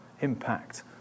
impact